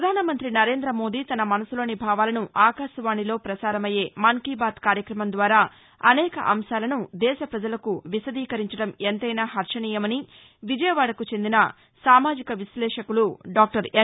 ప్రపధాన మంత్రి నరేంద్ర మోదీ తన మనసులోని భావాలను ఆకాశవాణిలో పసారమయ్యే మన్ కీ బాత్ కార్యక్రమం ద్వారా అనేక అంశాలను దేశ పజలకు విశదీకరించడం ఎంతైనా హర్దణీయమని విజయవాదకు చెందిన సామాజిక విశ్లేషకులు డాక్లర్ ఎం